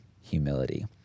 humility